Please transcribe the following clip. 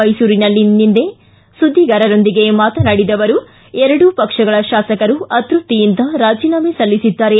ಮೈಸೂರಿನಲ್ಲಿಂದು ಸುದ್ದಿಗಾರರೊಂದಿಗೆ ಮಾತನಾಡಿದ ಅವರು ಎರಡೂ ಪಕ್ಷಗಳ ಶಾಸಕರು ಅತೃಪ್ತಿಯಿಂದ ರಾಜೀನಾಮೆ ಸಲ್ಲಿಸಿದ್ದಾರೆ